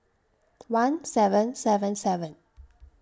one seven seven seven